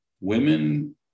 women